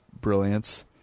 brilliance